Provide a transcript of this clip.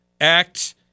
act